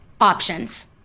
options